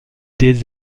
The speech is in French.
des